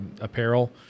apparel